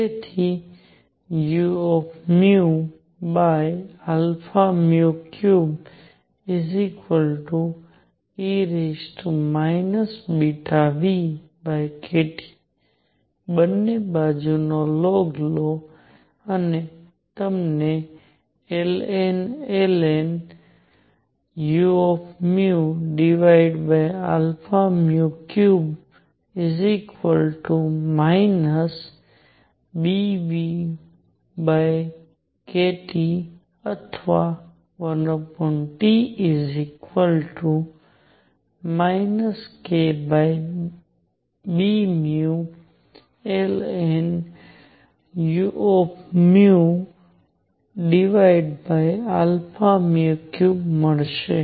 તેથી u3e βνkT બંને બાજુનો લોગ લો અને તમને ln u3 βνkT અથવા 1T kβνln u3 મળશે